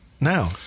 now